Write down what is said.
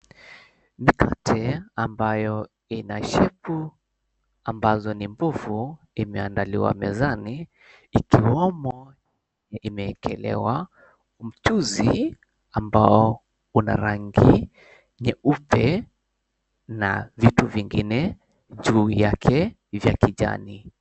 Mikate ambayo ina shepu ambazo ni mbovu imeandaliwa mezani ikiwemo imeekelewa mchuzi ambao una rangi nyeupe na vitu vingine juu yake vya kijani.